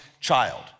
child